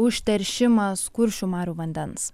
užteršimas kuršių marių vandens